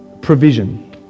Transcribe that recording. provision